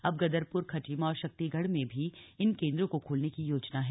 अब गदरपुर खटीमा और शक्तिगढ़ में भी इन केंद्रों को खोलने की योजना है